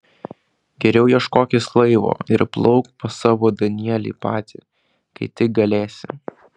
geriau ieškokis laivo ir plauk pas savo danielį pati kai tik galėsi